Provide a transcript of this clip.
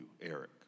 Eric